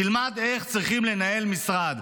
תלמד איך צריכים לנהל משרד.